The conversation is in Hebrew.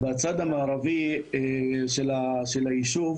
בצד המערבי של היישוב